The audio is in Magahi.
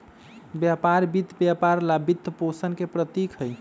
व्यापार वित्त व्यापार ला वित्तपोषण के प्रतीक हई,